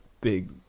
big